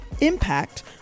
impact